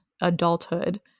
adulthood